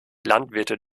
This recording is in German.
landwirte